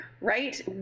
right